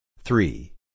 three